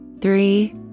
three